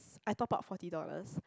I topped up forty dollars